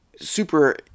super